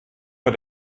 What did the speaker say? war